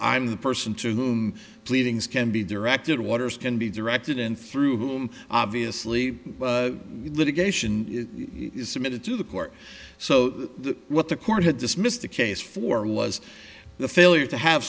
i'm the person to whom pleadings can be directed waters can be directed and through whom obviously litigation is submitted to the court so what the court had dismissed the case for was the failure to have